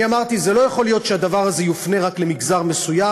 אני אמרתי: זה לא יכול להיות שהדבר הזה יופנה רק למגזר מסוים.